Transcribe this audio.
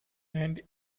and